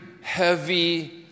heavy